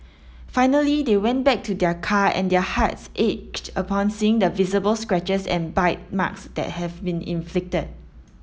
finally they went back to their car and their hearts ached upon seeing the visible scratches and bite marks that had been inflicted